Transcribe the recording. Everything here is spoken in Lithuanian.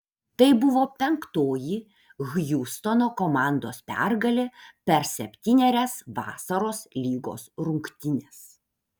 tai buvo penktoji hjustono komandos pergalė per septynerias vasaros lygos rungtynes